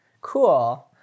cool